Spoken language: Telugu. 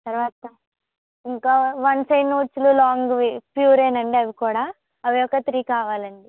తర్వాత ఇంకా వన్ సైడ్ నోడ్సులు లాంగ్వి ప్యూరేనండి అవి కూడా అవొక త్రీ కావాలండి